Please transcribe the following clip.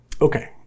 Okay